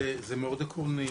זה מאוד עקרוני.